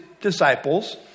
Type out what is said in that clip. disciples